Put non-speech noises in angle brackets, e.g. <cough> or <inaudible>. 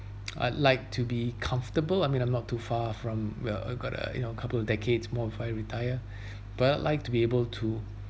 <noise> I'd like to be comfortable I mean I'm not too far from well I got a you know couple of decades more if I retire <breath> but I'd like to be able to